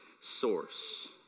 source